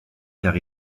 car